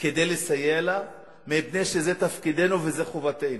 כדי לסייע לה מפני שזה תפקידנו וזו חובתנו.